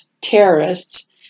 terrorists